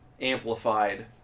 amplified